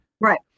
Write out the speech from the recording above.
Right